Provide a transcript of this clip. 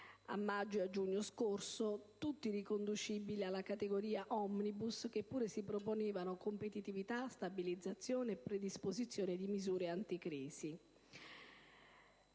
a maggio e a giugno scorso, tutti riconducibili alla categoria *omnibus*, che pure si proponevano competitività, stabilizzazione e predisposizione di misure anticrisi.